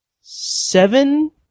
seven